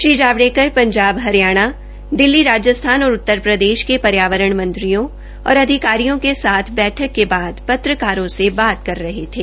श्री जावड़ेकर पंजाब हरियाणा दिल्ली और अधिकारी और उत्तर प्रदेश के पर्यावरण मंत्रियों और अधिकारियों के साथ बैठक के बाद पत्रकारों से बातचीत कर रहे थे